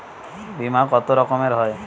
বিমা কত রকমের হয়?